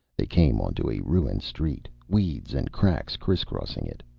they came onto a ruined street, weeds and cracks criss-crossing it.